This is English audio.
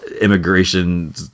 immigration